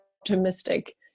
optimistic